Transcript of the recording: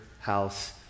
house